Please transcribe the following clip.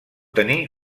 tenir